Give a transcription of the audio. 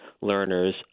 learners